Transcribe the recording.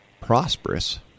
prosperous